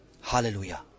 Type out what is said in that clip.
Hallelujah